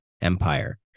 empire